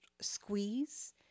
squeeze